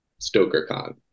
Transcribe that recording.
StokerCon